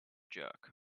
jerk